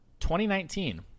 2019